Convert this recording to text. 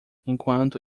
enquanto